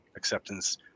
acceptance